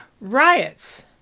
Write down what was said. riots